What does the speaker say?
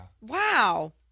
Wow